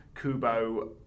Kubo